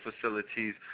facilities